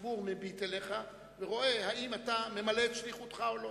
הציבור מביט עליך ורואה אם אתה ממלא את שליחותך או לא,